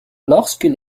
lorsque